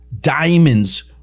diamonds